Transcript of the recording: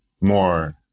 more